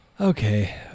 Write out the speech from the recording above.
Okay